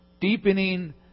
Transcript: deepening